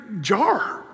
jar